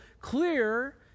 clear